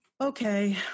okay